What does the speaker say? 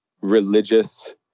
religious